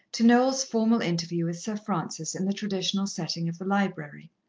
to noel's formal interview with sir francis in the traditional setting of the library.